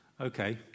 Okay